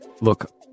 Look